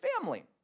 family